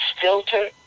filter